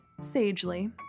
sagely